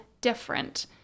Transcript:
different